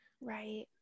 Right